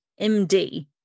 MD